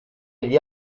gli